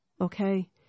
Okay